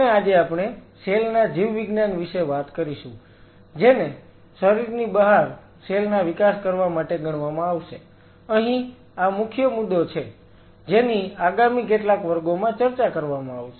અને આજે આપણે સેલ ના જીવવિજ્ઞાન વિશે વાત કરીશું જેને શરીરની બહાર સેલ ના વિકાસ કરવા માટે ગણવામાં આવશે અહી આ મુખ્ય મુદ્દો છે જેની આગામી કેટલાક વર્ગોમાં ચર્ચા કરવામાં આવશે